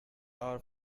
are